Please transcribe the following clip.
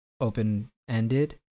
open-ended